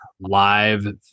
live